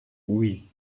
oui